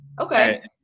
Okay